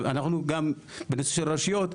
בנושא של רשויות,